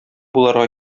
булырга